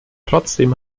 trotzdem